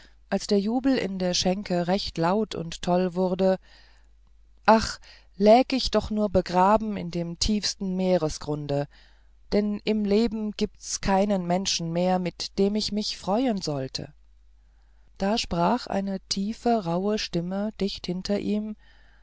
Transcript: als der jubel in der schenke recht laut und toll wurde ach läg ich doch nur begraben in dem tiefsten meeresgrunde denn im leben gibt's keinen menschen mehr mit dem ich mich freuen sollte da sprach eine tiefe rauhe stimme dicht hinter ihm